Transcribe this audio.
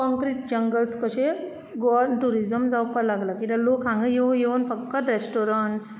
concrete jungles कशे गोवान tourism जावपाक लागला कित्याक लोक फक्त हांगा येवन येवन रेस्टोरंट्स